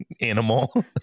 animal